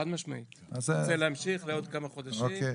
חד-משמעית רוצה להמשיך לעוד כמה חודשים,